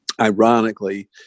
ironically